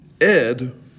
Ed